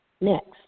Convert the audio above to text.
next